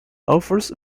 offers